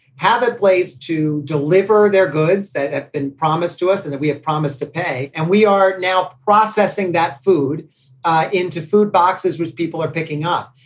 have a place to deliver their goods that have been promised to us and that we have promised to pay. and we are now processing that food into food boxes, which people are picking up.